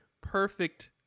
perfect